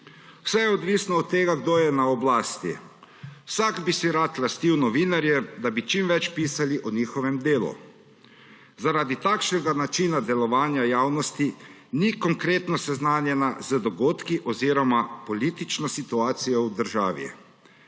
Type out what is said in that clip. Vse je odvisno od tega, kdo je na oblasti. Vsak bi si rad lastil novinarje, da bi čim več pisali o njihovem delu. Zaradi takšnega načina delovanja javnost ni konkretno seznanjena z dogodki oziroma politično situacijo v državi.